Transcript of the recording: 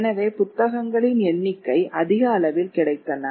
எனவே புத்தகங்களின் எண்ணிக்கை அதிக அளவில் கிடைத்தன